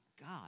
God